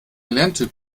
lerntyp